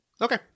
okay